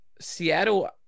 Seattle